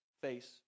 face